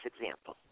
example